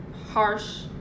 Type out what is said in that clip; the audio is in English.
harsh